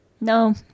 No